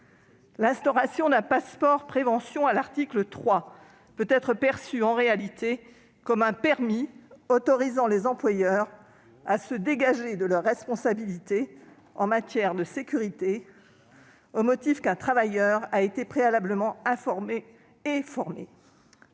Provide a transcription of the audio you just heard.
L'instauration d'un passeport de prévention à l'article 3 peut être perçue, en réalité, comme un permis autorisant les employeurs à se dégager de leurs responsabilités en matière de sécurité, au motif qu'un travailleur a été préalablement informé et formé.